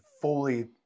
fully